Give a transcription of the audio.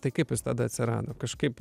tai kaip jis tada atsirado kažkaip